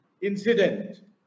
incident